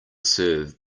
serve